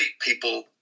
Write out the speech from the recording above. people